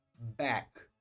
back